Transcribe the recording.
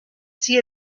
see